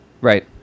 Right